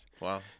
Wow